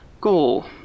goal